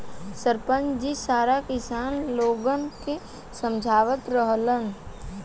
सरपंच जी सारा किसान लोगन के समझावत रहलन